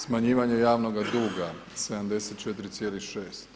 Smanjivanje javnoga duga, 74,6.